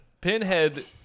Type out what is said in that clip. Pinhead